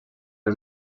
els